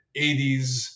80s